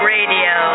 Radio